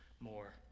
more